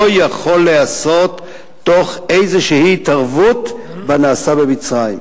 לא יכול להיעשות תוך איזו התערבות בנעשה במצרים.